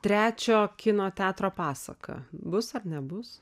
trečio kino teatro pasaka bus ar nebus